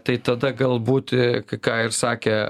tai tada galbūt ką ir sakė